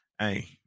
Hey